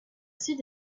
sud